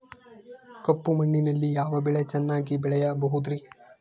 ಕಪ್ಪು ಮಣ್ಣಿನಲ್ಲಿ ಯಾವ ಬೆಳೆ ಚೆನ್ನಾಗಿ ಬೆಳೆಯಬಹುದ್ರಿ?